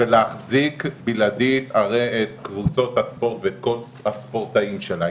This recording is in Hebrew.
ולהחזיק בלעדית את קבוצות הספורט ואת כל הספורטאים שלה.